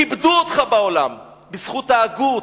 כיבדו אותך בעולם, בזכות ההגות,